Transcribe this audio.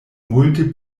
multe